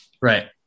Right